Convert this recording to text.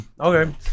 okay